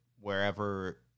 wherever